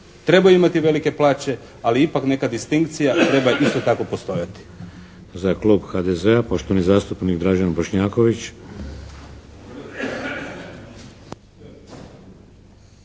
Trebaju imati velike plaće, ali ipak neka distinkcija treba isto tako postojati.